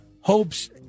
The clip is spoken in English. Hopes